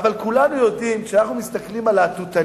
אבל כולנו יודעים, כשאנחנו מסתכלים על להטוטנים,